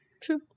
True